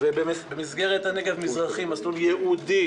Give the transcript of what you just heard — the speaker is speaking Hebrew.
במסגרת הנגב המזרחי יש מסלול ייעודי